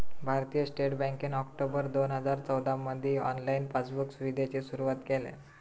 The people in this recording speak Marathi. भारतीय स्टेट बँकेन ऑक्टोबर दोन हजार चौदामधी ऑनलाईन पासबुक सुविधेची सुरुवात केल्यान